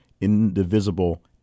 indivisible